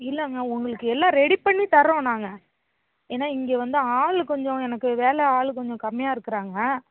இல்லைங்க உங்களுக்கு எல்லாம் ரெடி பண்ணி தர்றோம் நாங்கள் ஏன்னா இங்கே வந்து ஆள் கொஞ்சம் எனக்கு வேலை ஆள் கொஞ்சம் கம்மியாக இருக்கிறாங்க